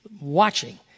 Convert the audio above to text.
watching